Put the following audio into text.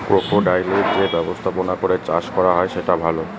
ক্রোকোডাইলের যে ব্যবস্থাপনা করে চাষ করা হয় সেটা ভালো